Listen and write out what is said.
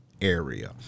area